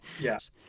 Yes